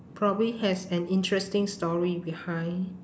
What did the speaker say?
probably has an interesting story behind